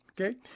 okay